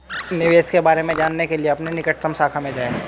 निवेश के बारे में जानने के लिए अपनी निकटतम शाखा में जाएं